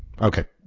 Okay